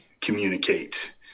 communicate